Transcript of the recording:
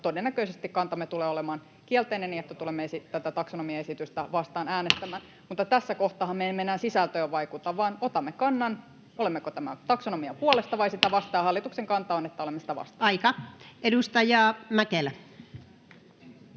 todennäköisesti kantamme tulee olemaan kielteinen, niin että tulemme tätä taksonomiaesitystä vastaan äänestämään. Mutta tässä kohtaahan me emme enää sisältöön vaikuta, vaan otamme kannan, olemmeko tämän taksonomian puolesta vai sitä vastaan, ja hallituksen kanta on, että olemme sitä vastaan. [Puhemies: